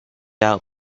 out